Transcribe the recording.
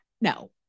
No